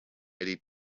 eddy